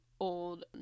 old